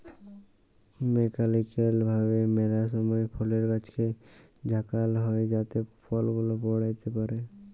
mechanical ভাবে ম্যালা সময় ফলের গাছকে ঝাঁকাল হই যাতে ফল গুলা পইড়তে পারে